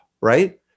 right